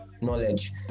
Knowledge